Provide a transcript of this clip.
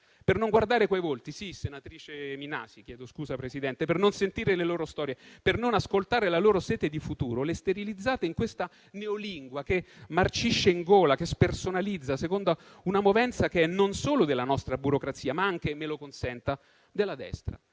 Per non guardare quei volti - sì, senatrice Minasi - per non sentire le loro storie, per non ascoltare la loro sete di futuro, li sterilizzate in questa neolingua che marcisce in gola e che spersonalizza, secondo una movenza che è non solo della nostra burocrazia, ma anche della destra,